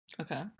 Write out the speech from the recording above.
Okay